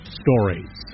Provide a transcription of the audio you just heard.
stories